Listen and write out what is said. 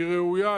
היא ראויה.